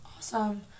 Awesome